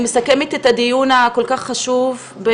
אני מסכמת את הדיון הכל כך חשוב.